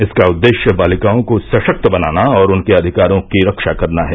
इसका उद्देश्य बालिकाओं को सशक्त बनाना और उनके अधिकारों की रक्षा करना है